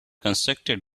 constructed